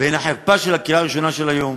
בין החרפה של הקריאה הראשונה של היום